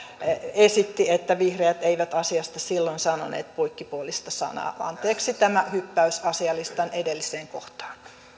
esitti että vihreät eivät asiasta silloin sanoneet poikkipuolista sanaa anteeksi tämä hyppäys asialistan edelliseen kohtaan